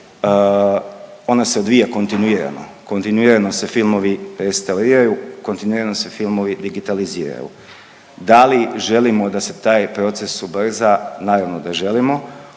ona se odvija kontinuirano. Kontinuirano se filmovi restauriraju, kontinuirano se filmovi digitaliziraju. Da li želimo da se taj proces ubrza, naravno da želimo.